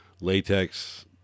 latex